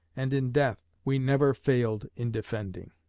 and in death, we never failed in defending.